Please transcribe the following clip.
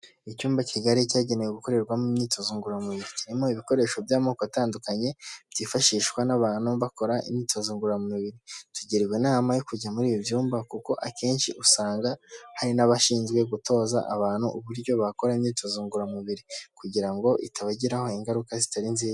Icyumba kigali cyagenewe gukorerwamo imyitozo ngororamubiri kirimo ibikoresho by'amoko atandukanye byifashishwa n'abantu bakora imyitozo ngororamubiri tugirwari inama yo kujya muri ibi byumba kuko akenshi usanga hari n'abashinzwe gutoza abantu uburyo bakora imyitozo ngororamubiri kugira ngo itabagiraho ingaruka zitari nziza.